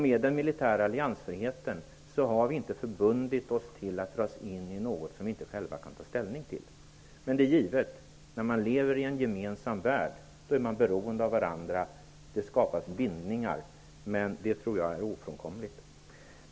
Med den militära alliansfriheten har vi inte förbundit oss till att dras in i något som vi inte själva kan ta ställning till. Men när man lever i en gemensam värld är det givet att man är beroende av varandra. Det skapas bindningar. Men det tror jag är ofrånkomligt.